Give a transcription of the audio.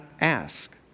ask